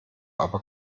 aber